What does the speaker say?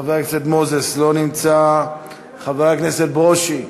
חבר הכנסת מוזס, לא נמצא, חבר הכנסת ברושי,